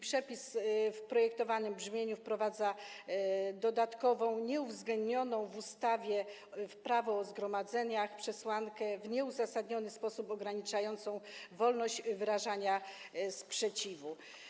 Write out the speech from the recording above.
Przepis w projektowanym brzmieniu wprowadza dodatkową, nieuwzględnioną w ustawie Prawo o zgromadzeniach przesłankę, w nieuzasadniony sposób ograniczającą wolność wyrażania sprzeciwu.